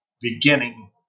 beginning